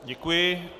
Děkuji.